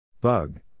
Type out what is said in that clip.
Bug